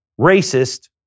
racist